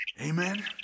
Amen